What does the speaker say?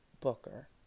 Booker